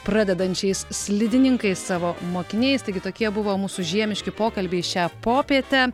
pradedančiais slidininkais savo mokiniais taigi tokie buvo mūsų žiemiški pokalbiai šią popietę